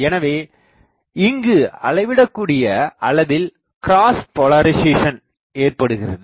எனவே இங்கு அளவிடக் கூடிய அளவில் கிராஸ் போலரிசேசன் ஏற்படுகிறது